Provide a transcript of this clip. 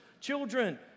Children